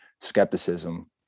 skepticism